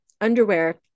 underwear